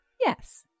yes